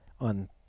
on